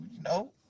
no